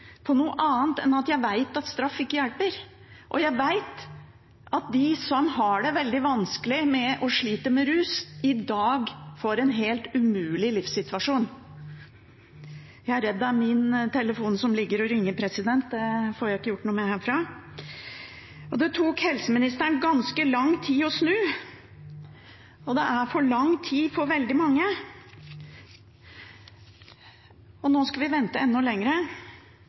på noe annet enn at jeg vet at straff ikke hjelper, og jeg vet at de som har det veldig vanskelig og sliter med rus, i dag får en helt umulig livssituasjon. Det tok helseministeren ganske lang tid å snu, det var for lang tid for veldig mange, og nå skal vi vente